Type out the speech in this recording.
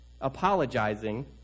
apologizing